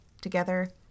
together